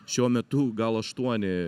šiuo metu gal aštuoni